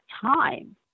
time